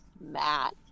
Matt